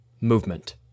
movement